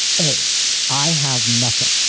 a i have nothing.